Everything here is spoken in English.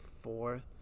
four